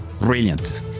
Brilliant